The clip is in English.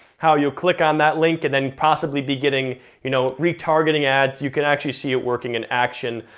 how you'll click on that link and then possibly be getting you know retargeting ads, you can actually see it working in action.